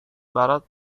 barat